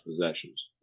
possessions